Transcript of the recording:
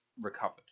recovered